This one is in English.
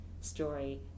story